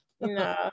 no